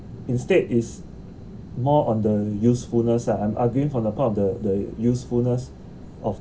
instead is more on the usefulness ah I'm arguing for the part of the the usefulness of